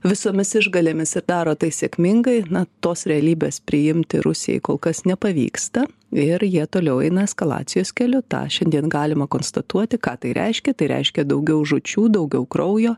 visomis išgalėmis ir daro tai sėkmingai na tos realybės priimti rusijai kol kas nepavyksta ir jie toliau eina eskalacijos keliu tą šiandien galima konstatuoti ką tai reiškia tai reiškia daugiau žūčių daugiau kraujo